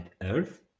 Earth